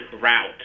route